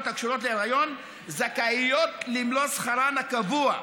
הקשורות להיריון זכאיות למלוא שכרן הקבוע.